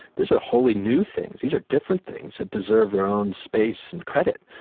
these are wholly new things. these are different things that deserve their own space and credit.